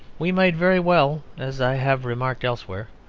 we might very well, as i have remarked elsewhere,